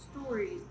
stories